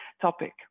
topic